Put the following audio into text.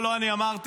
פה לא אני אמרתי,